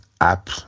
app